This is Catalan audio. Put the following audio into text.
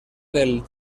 del